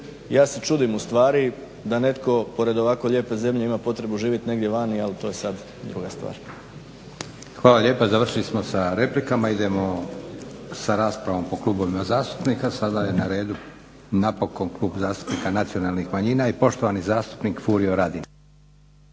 ja se čudim ustvari da netko pored ovako lijepe zemlje ima potrebu živjeti negdje vani, ali to je sada druga stvar. **Leko, Josip (SDP)** Hvala lijepa. Završili smo sa replikama, idemo sa raspravom po klubovima zastupnika. Sada je na redu napokon Klub zastupnika nacionalnih manjina i poštovani zastupnik Furio Radin.